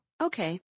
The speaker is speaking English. Okay